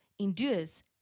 endures